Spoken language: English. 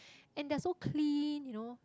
and they're so clean you know